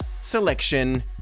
selection